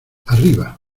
arriba